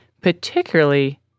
particularly